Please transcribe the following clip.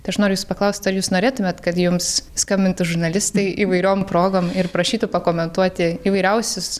tai aš noriu jūsų paklaust ar jūs norėtumėt kad jums skambintų žurnalistai įvairiom progom ir prašytų pakomentuoti įvairiausius